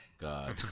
God